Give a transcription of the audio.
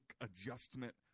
adjustment